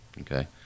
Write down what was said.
Okay